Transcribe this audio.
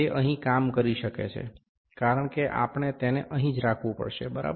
તે અહીં કામ કરી શકે છે કારણ કે આપણે તેને અહીં જ રાખવું પડશે બરાબર